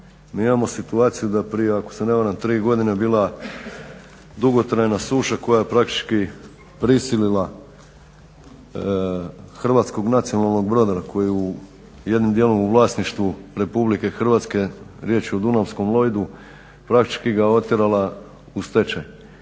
Mi imamo situaciju da prije ako se ne varam prije tri godina bila dugotrajna suša koja praktički prisilila hrvatskog nacionalnog brodara koji je jednim dijelom u vlasništvu RH, riječ je o dunavskom lojdu, praktički ga otjerala u stečaj.